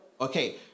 Okay